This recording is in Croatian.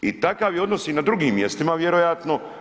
I takav je odnos i na drugim mjestima vjerojatno.